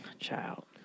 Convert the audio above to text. child